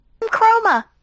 Chroma